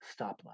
stoplight